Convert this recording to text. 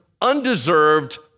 undeserved